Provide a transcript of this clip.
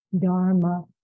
Dharma